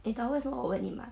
你懂为什么问你吗